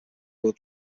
wheel